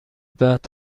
بعد